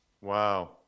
Wow